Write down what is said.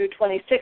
26